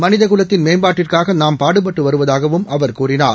மனிதகுலத்தின் மேம்பாட்டிற்காகநாம் பாடுபட்டுவருவதாகவும் அவர் கூறினார்